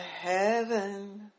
heaven